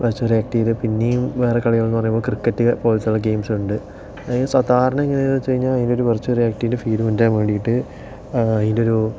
virtual റിയാലിറ്റിയിൽ പിന്നെയും വേറെ കളികളെന്ന് പറയുമ്പോൾ ക്രിക്കറ്റ് വിർച്വൽ ഗെയിംസ് ഉണ്ട് ഇത് സാധാരണ എങ്ങനെയെന്ന് വെച്ച് കഴിഞ്ഞാൽ ഇതൊരു വിർച്വൽ റിയാലിറ്റീൻ്റെ ഫീല്ല് കിട്ടാൻ വേണ്ടിയിട്ട് ആ ഇതിൻ്റെ ഒരു